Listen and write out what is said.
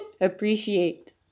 Appreciate